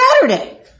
Saturday